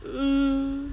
hmm